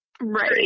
Right